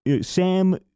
Sam